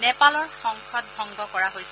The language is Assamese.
নেপালৰ সংসদ ভংগ কৰা হৈছে